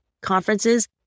conferences